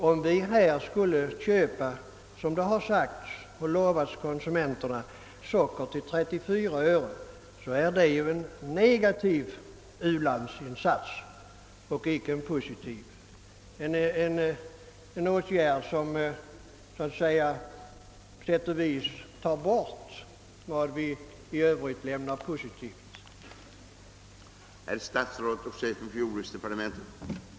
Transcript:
Om vi i vårt land, såsom man har lovat de svenska konsumenterna, skulle köpa socker till 34 öre per kg, skulle detta innebära en u-landsinsats i negativ riktning, en åtgärd som på sätt och vis skulle förta effekten av våra i övrigt positiva bidrag.